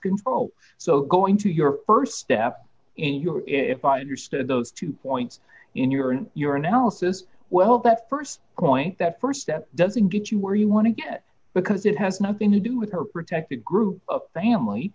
control so going to your st step in your if i understand those two points in your in your analysis well that st point that st step doesn't get you where you want to get because it has nothing to do with her protected group of family